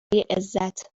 عزت